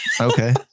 Okay